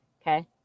Okay